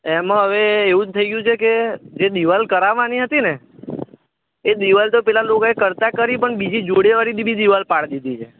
એમાં હવે એવું થઈ ગયું છે કે જે દીવાલ કરાવવાની હતી ને એ દીવાલ તો પેલા લોકોએ કરતા કરી પણ બીજી જોડેવાળી બી દીવાલ પાડી દીધી છે